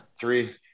Three